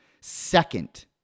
Second